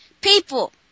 people